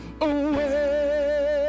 away